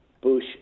bush